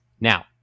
Now